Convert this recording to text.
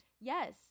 Yes